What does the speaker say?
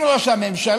עם ראש הממשלה,